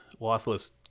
lossless